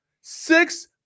Six